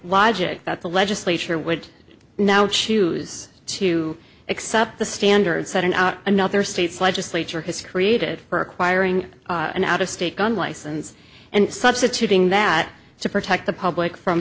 logic that the legislature would now choose to accept the standard setting out another state's legislature has created for acquiring an out of state gun license and substituting that to protect the public from